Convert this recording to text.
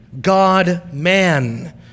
God-man